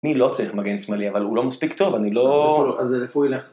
- מי לא צריך מגן שמאלי, אבל הוא לא מספיק טוב, אני לא... - אז לאיפה הוא יילך?